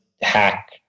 hack